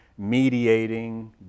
mediating